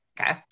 okay